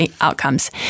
outcomes